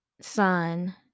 son